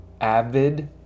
avid